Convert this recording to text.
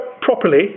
properly